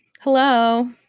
hello